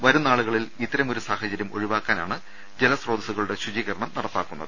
വരും നാളുകളിൽ ഇത്തരമൊരു സാഹചര്യം ഒഴിവാക്കാനാണ് ജലസ്രോതസ്സുകളുടെ ശുചീകരണം നടപ്പാക്കുന്നത്